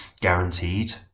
guaranteed